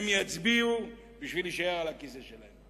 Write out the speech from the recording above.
הם יצביעו בשביל להישאר על הכיסא שלהם.